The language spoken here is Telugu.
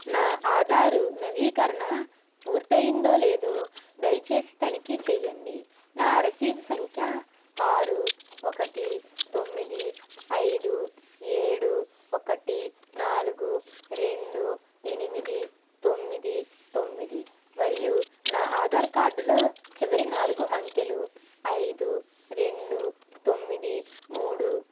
నా ఆధార్ నవీకరణ పూర్తయ్యిందో లేదో దయచేసి తనిఖీ చెయ్యండి నా రసీదు సంఖ్య ఆరు ఒకటి తొమ్మిది ఐదు ఏడు ఒకటి నాలుగు రెండు ఎనిమిది తొమ్మిది తొమ్మిది మరియు నా ఆధార్ కార్డ్లో చివరి నాలుగు అంకెలు ఐదు రెండు తొమ్మిది మూడు